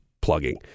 plugging